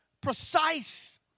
precise